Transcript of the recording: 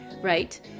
Right